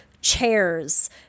chairs